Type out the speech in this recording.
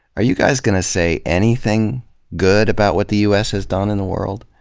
are you guys gonna say anything good about what the u s. has done in the world?